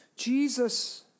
Jesus